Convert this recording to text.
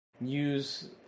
use